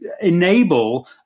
enable